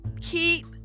Keep